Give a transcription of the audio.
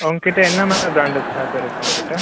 உங்க கிட்ட என்ன மாதிரி ப்ராண்டஸ்லாம் சார் இருக்குது உங்ககிட்ட